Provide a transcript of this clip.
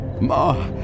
Ma